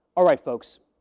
alright, folks.